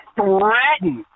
threaten